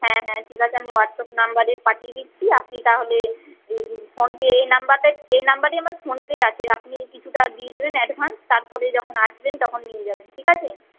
হ্যাঁ হ্যাঁ ঠিক আছে আমি হোয়াটসঅ্যাপ নাম্বারে পাঠিয়ে দিচ্ছি আপনি তাহলে ফোনপে এই নাম্বারে এই নাম্বারেই আমার ফোনপে আছে আপনি কিছুটা দিয়ে দেবেন অ্যাডভান্স তারপরে যখন আসবেন তখন নিয়ে যাবেন ঠিক আছে